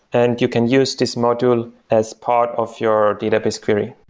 and you can use this module as part of your database query.